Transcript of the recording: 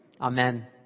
Amen